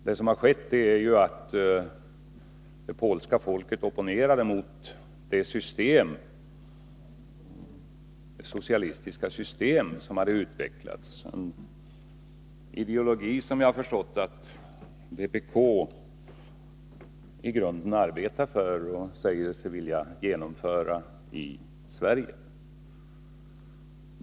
Det som skedde var ju att det polska folket opponerade sig emot det socialistiska system som hade utvecklats och som är uppbyggt på den ideologi som jag har förstått att vpk i grunden arbetar för och vill genomföra i Sverige.